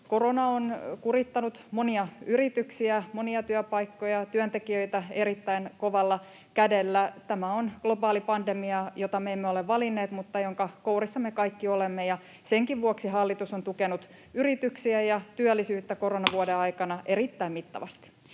Korona on kurittanut monia yrityksiä, monia työpaikkoja ja työntekijöitä erittäin kovalla kädellä. Tämä on globaali pandemia, jota me emme ole valinneet mutta jonka kourissa me kaikki olemme, ja senkin vuoksi hallitus on tukenut yrityksiä ja työllisyyttä koronavuoden aikana erittäin mittavasti.